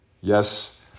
Yes